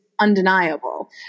undeniable